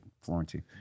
Florentine